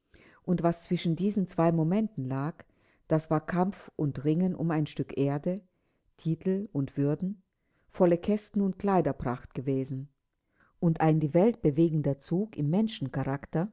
und was zwischen diesen zwei momenten lag das war kampf und ringen um ein stück erde titel und würden volle kästen und kleiderpracht gewesen und ein die welt bewegender zug im